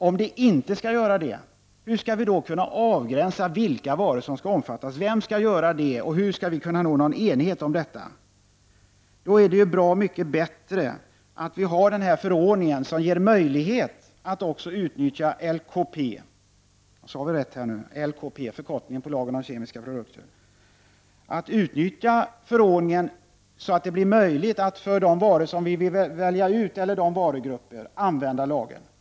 Om allt inte skall omfattas av lagen, hur skall då de varor som omfattas kunna avgränsas? Vem skall göra det, och hur skall vi nå enighet om detta? Det är bra mycket bättre att ha denna förordning, som ger möjlighet att också utnyttja LKP, lagen om kemiska produkter, för de varor eller varugrupper som vi väljer ut.